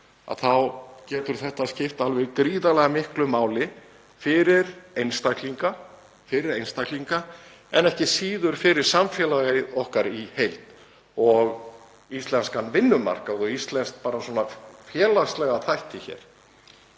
þá getur þetta skipt alveg gríðarlega miklu máli fyrir einstaklinga en ekki síður fyrir samfélagið okkar í heild og íslenskan vinnumarkað og félagslega þætti,